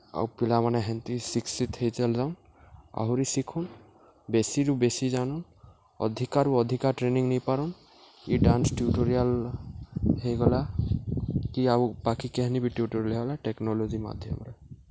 ଆଉ ପିଲାମାନେ ହେନ୍ତି ଶିକ୍ଷିତ ହେଇ ଚାଲିଥାଉନ୍ ଆହୁରି ଶିଖୁନ୍ ବେଶିରୁ ବେଶି ଜାନୁନ୍ ଅଧିକାରୁ ଅଧିକା ଟ୍ରେନିଂ ନେଇପାରୁନ୍ କି ଡାନ୍ସ ଟ୍ୟୁଟୋରିଆଲ୍ ହେଇଗଲା କି ଆଉ ବାକି କେହନି ବି ଟ୍ୟୁଟୋରିଆଲ୍ ହେଇଗଲା ଟେକ୍ନୋଲୋଜି ମାଧ୍ୟମରେ